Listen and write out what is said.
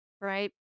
Right